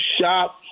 shop